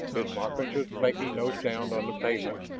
his moccasins making no sound on the pavement,